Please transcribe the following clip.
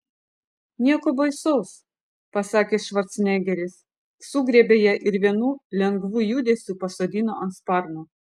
nieko baisaus pasakė švarcnegeris sugriebė ją ir vienu lengvu judesiu pasodino ant sparno